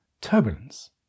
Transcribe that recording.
turbulence